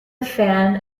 fan